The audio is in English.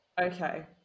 Okay